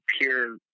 pure